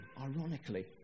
ironically